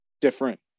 different